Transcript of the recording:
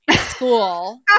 school